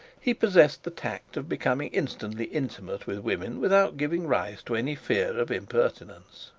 he possessed the tact of becoming instantly intimate with women without giving rise to any fear of impertinence.